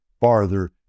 farther